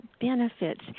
benefits